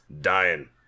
dying